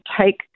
take